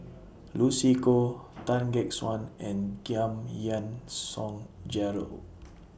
Lucy Koh Tan Gek Suan and Giam Yean Song Gerald